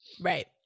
Right